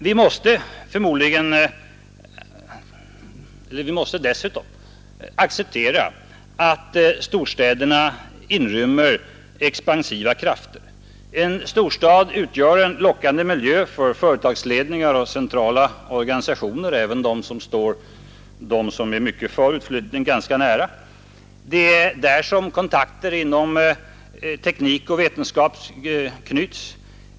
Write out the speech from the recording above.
Vi måste acceptera att storstäderna inrymmer expansiva krafter. En storstad utgör en lockande miljö för företagsledningar och centrala organisationer — även de som står dem som är mycket för utflyttning ganska nära. Det är där som kontakter inom teknik och vetenskap knyts.